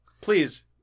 please